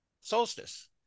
solstice